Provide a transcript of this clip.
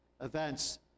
events